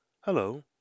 hello